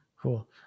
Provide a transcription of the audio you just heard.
cool